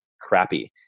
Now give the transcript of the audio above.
crappy